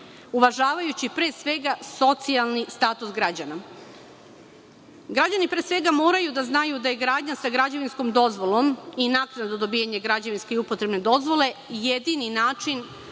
uvažavajući pre svega socijalni status građana. Građani pre svega moraju da znaju da je gradnja sa građevinskom dozvolom i naknada za dobijanje građevinske i upotrebne dozvole jedini način